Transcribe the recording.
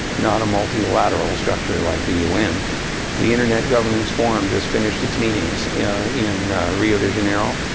not a multilateral structure like the un. the internet governance forum just finished its meetings in rio de janeiro.